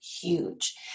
huge